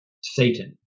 Satan